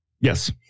Yes